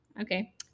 Okay